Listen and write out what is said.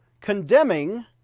condemning